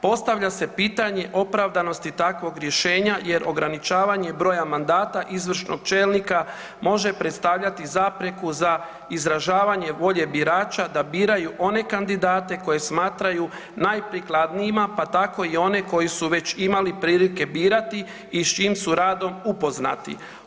Postavlja se pitanje opravdanosti takvog rješenja jer ograničavanje broja mandata izvršnog čelnika može predstavljati zapreku za izražavanje volje birača da biraju one kandidate koje smatraju najprikladnijima, pa tako i one koji su već imali prilike birati i s čijim su radom upoznati.